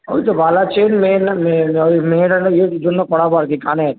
ওই তো বালা চেন মেয়ের নামে ইয়ের জন্য করাব আর কি কানের